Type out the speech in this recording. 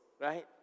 right